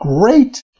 great